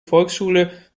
volksschule